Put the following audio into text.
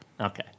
Okay